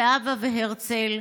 זהבה והרצל,